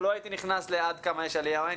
לא הייתי נכנס לשאלה עד כמה יש עלייה או אין